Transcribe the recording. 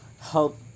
help